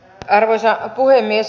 arvoisa puhemies